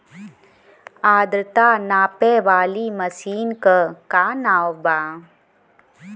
आद्रता नापे वाली मशीन क का नाव बा?